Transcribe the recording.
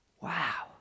Wow